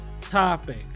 topic